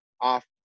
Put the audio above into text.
off